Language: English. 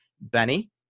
Benny